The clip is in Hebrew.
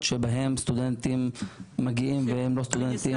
שבהם סטודנטים מגיעים והם לא סטודנטים.